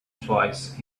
twice